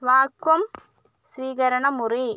vacuum സ്വീകരണ മുറി